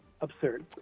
absurd